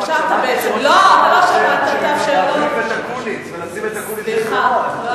שמעתי שראש הממשלה רוצה להחליף את אקוניס ולשים את אקוניס במקומו,